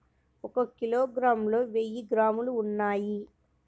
ఒక కిలోగ్రామ్ లో వెయ్యి గ్రాములు ఉన్నాయి